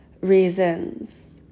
reasons